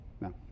No